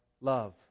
love